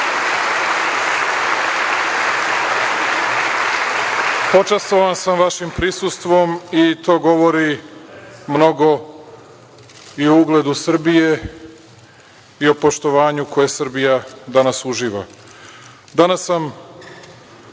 Počastvovan sam vašim prisustvom i to govori mnogo i o ugledu Srbije i o poštovanju koje Srbija danas uživa. Danas